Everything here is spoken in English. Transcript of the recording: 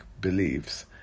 beliefs